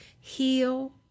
heal